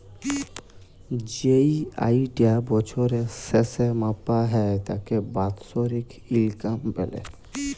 যেই আয়িটা বছরের শেসে মাপা হ্যয় তাকে বাৎসরিক ইলকাম ব্যলে